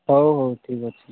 ହଉ ହଉ ଠିକ୍ ଅଛି